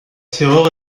tireur